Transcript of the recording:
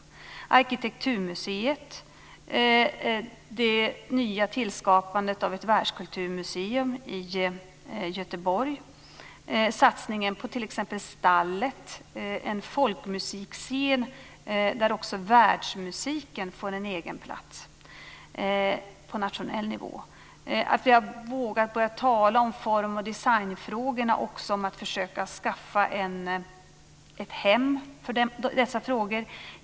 Det gäller också Arkitekturmuseet, tillskapandet av ett världskulturmuseum i Göteborg och satsningen på Stallet som är en folkmusikscen där också världsmusiken får en egen plats på nationell nivå. Vi har vågat börja tala om form och designfrågorna och om att försöka skaffa ett hem för dessa frågor.